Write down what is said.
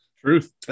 Truth